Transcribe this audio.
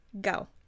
go